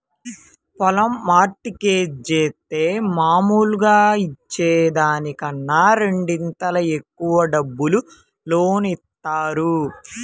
పొలం mortgage జేత్తే మాములుగా ఇచ్చే దానికన్నా రెండింతలు ఎక్కువ డబ్బులు లోను ఇత్తారు